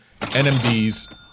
NMDs